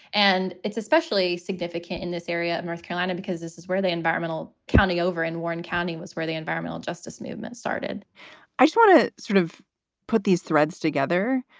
and it's especially significant in this area in north carolina, because this is where they enviromental county over in warren county was where the environmental justice movement started i just want to sort of put these threads together,